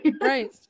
Right